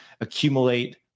accumulate